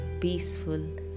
peaceful